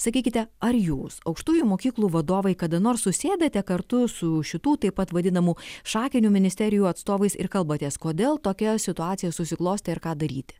sakykite ar jūs aukštųjų mokyklų vadovai kada nors susėdate kartu su šitų taip pat vadinamų šakinių ministerijų atstovais ir kalbatės kodėl tokia situacija susiklostė ir ką daryti